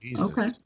Okay